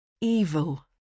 evil